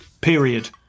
Period